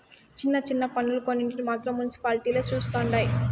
చిన్న చిన్న పన్నులు కొన్నింటిని మాత్రం మునిసిపాలిటీలే చుస్తండాయి